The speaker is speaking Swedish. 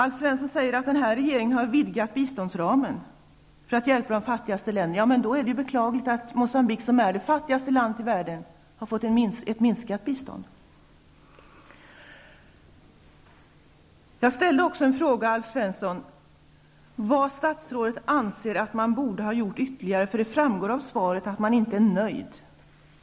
Alf Svensson säger att den nuvarande regeringen har vidgat biståndsramen för att hjälpa de fattigaste länderna. Men då är det ju beklagligt att Moçambique, som är det fattigaste landet i världen, har fått ett minskat bistånd. Jag frågade i ett tidigare inlägg vad statsrådet anser att man i Moçambique ytterligare borde ha gjort, eftersom det framgår av svaret att regeringen inte är nöjd.